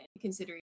considering